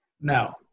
Now